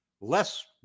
less